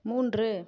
மூன்று